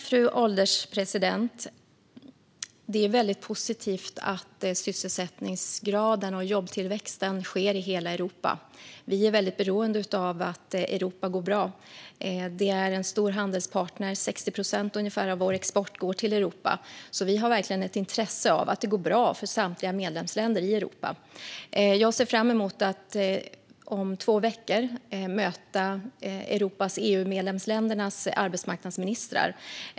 Fru ålderspresident! Det är positivt att sysselsättningsgraden och jobbtillväxten ökar i hela Europa. Vi är beroende av att Europa går bra eftersom det är en stor handelspartner. Ungefär 60 procent av vår export går dit, så vi har verkligen ett intresse av att det går bra för EU:s samtliga medlemsländer. Jag ser fram emot att om två veckor möta EU-ländernas arbetsmarknadsministrar.